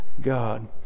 God